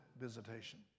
visitation